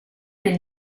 del